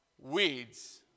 Weeds